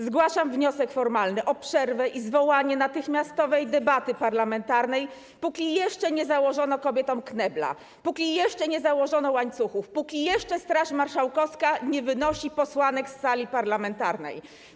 Zgłaszam wniosek formalny o przerwę i zwołanie natychmiastowej debaty parlamentarnej, póki jeszcze nie założono kobietom knebla, póki jeszcze nie założono łańcuchów, póki jeszcze Straż Marszałkowska nie wynosi posłanek z sali parlamentarnej.